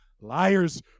liars